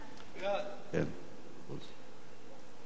סעיפים 1